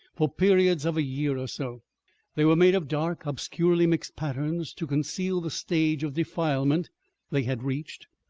for periods of a year or so they were made of dark obscurely mixed patterns to conceal the stage of defilement they had reached,